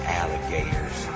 alligators